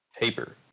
paper